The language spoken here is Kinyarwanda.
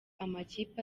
amakipe